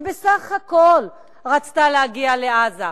שבסך הכול רצתה להגיע לעזה.